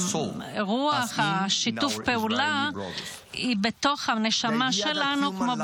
רוח שיתוף הפעולה נטועה בתוך הנשמה של אנשי פרגוואי,